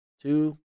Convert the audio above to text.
two